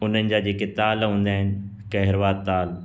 उन्हनि जा जेके ताल हूंदा आहिनि केहरवा ताल